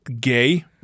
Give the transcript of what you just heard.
gay